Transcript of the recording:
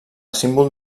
símbol